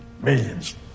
Millions